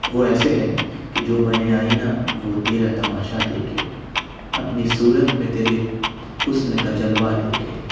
وہ ایسے ہے کہ جو بنے آئینہ وہ تیرا تماشہ دیکھے اپنی صورت میں تیرے حسن کا جلوہ دیکھے